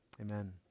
Amen